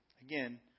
again